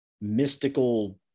mystical